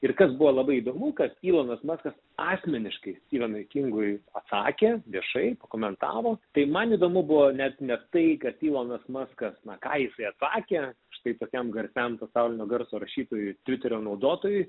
ir kas buvo labai įdomu kad ilonas maskas asmeniškai juokingai atsakė viešai pakomentavo tai man įdomu buvo net ne tai kad ilonas maskas na ką jisai atsakė štai tokiam garsiam pasaulinio garso rašytoju tviterio naudotojui